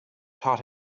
taught